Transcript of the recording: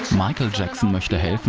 michael jackson wants to